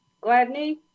Gladney